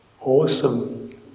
awesome